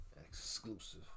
exclusive